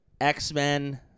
X-Men